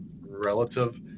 relative